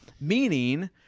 Meaning